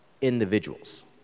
individuals